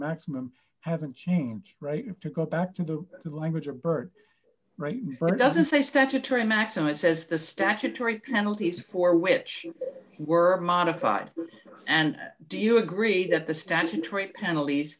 maximum haven't changed right to go back to the language of birth right but it doesn't say statutory maximum it says the statutory penalties for which were modified and do you agree that the statutory penalties